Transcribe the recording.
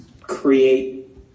create